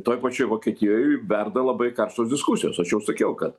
toj pačioj vokietijoj verda labai karštos diskusijos aš jau sakiau kad